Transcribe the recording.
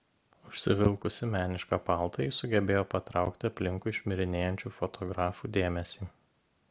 užsivilkusi menišką paltą ji sugebėjo patraukti aplinkui šmirinėjančių fotografų dėmesį